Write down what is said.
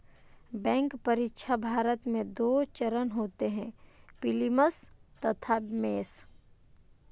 bank परीक्षा, भारत में दो चरण होते हैं प्रीलिम्स तथा मेंस